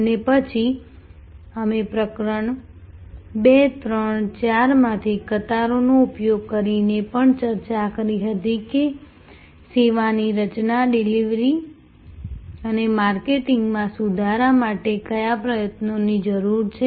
અને પછી અમે પ્રકરણ 2 3 અને 4 માંથી કતારોનો ઉપયોગ કરીને પણ ચર્ચા કરી હતી કે સેવાની રચના ડિલિવરી અને માર્કેટિંગમાં સુધારણા માટે કયા પ્રયત્નોની જરૂર છે